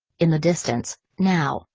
in the distance, now,